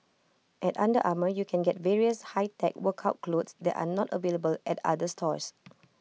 at under Armour you can get various high tech workout clothes that are not available at other stores